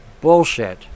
bullshit